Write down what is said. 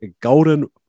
golden